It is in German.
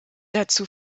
dazu